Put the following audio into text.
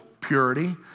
purity